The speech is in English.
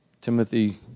Timothy